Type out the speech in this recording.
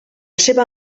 seva